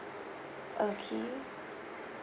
okay